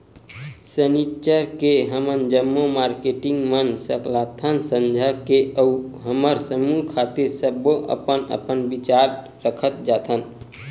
सनिच्चर के हमन जम्मो मारकेटिंग मन सकलाथन संझा के अउ हमर समूह खातिर सब्बो अपन अपन बिचार रखत जाथन